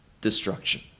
destruction